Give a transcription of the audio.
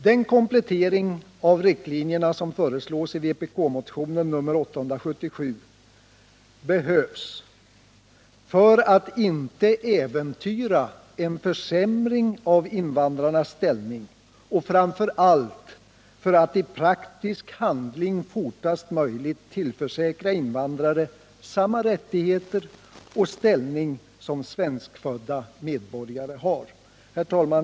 Den komplettering av riktlinjerna som föreslås i vpk-motionen nr 877 behövs för att inte äventyra en försämring av invandrarnas ställning men framför allt för att i praktisk handling fortast möjligt tillförsäkra invandrarna samma rättigheter och ställning som svenskfödda medborgare har. Herr talman!